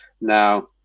now